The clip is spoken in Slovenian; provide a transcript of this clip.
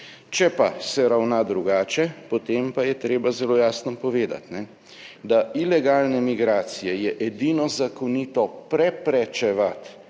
Če pa se ravna drugače, potem pa je treba zelo jasno povedati, da ilegalne migracije je edino zakonito preprečevati